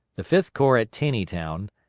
the fifth corps at taneytown,